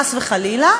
חס וחלילה,